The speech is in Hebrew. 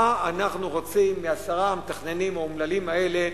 מה אנחנו רוצים מעשרת המתכננים האומללים האלה?